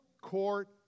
court